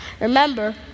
Remember